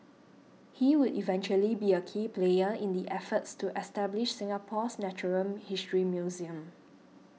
he would eventually be a key player in the efforts to establish Singapore's natural history museum